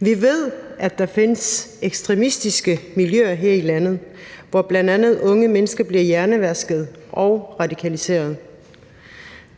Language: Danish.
Vi ved, at der findes ekstremistiske miljøer her i landet, hvor bl.a. unge mennesker bliver hjernevaskede og radikaliserede.